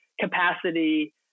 capacity